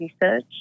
research